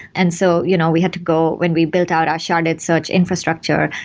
and so you know we have to go, when we built out our sharded search infrastructure,